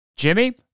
Jimmy